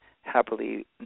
happily